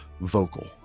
vocal